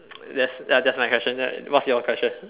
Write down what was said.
that's that's my question ya what's your question